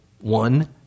one